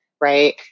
right